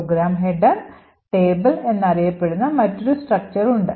programme header table എന്നറിയപ്പെടുന്ന മറ്റൊരു structure ഉണ്ട്